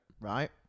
Right